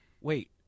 wait